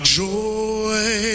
joy